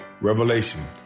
Revelation